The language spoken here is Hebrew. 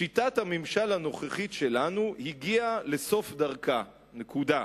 שיטת הממשל הנוכחית שלנו הגיעה לסוף דרכה, נקודה,